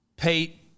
Pete